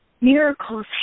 Miracles